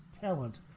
talent